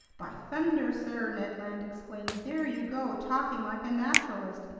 by thunder, sir! ned land exclaimed. there you go, talking like a naturalist,